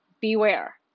beware